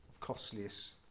costliest